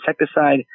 insecticide